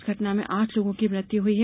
इस घटना में आठ लोगों की मृत्यु हुई है